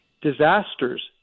disasters